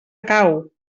cau